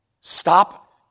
stop